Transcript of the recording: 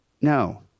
no